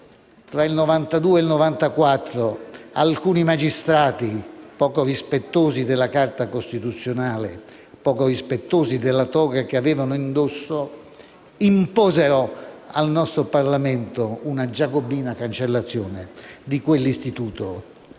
fra il 1992 e il 1994, alcuni magistrati, poco rispettosi della Carta costituzionale e poco rispettosi della toga che avevano indosso, imposero al nostro Parlamento una giacobina cancellazione di quell'istituto